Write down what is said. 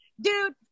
dude